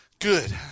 good